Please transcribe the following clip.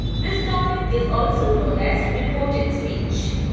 this topic is also known as reported speech.